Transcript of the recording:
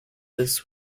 this